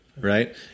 right